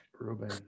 Ruben